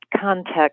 context